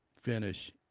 finish